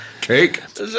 Cake